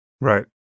Right